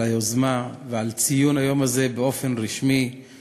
על היוזמה ועל ציון היום הזה שבו אנו